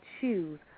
Choose